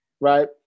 Right